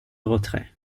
retrait